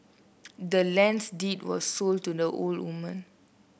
the land's deed was sold to the old woman